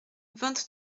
vingt